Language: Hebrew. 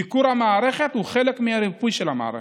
ביקורת על המערכת הוא חלק מהריפוי של המערכת.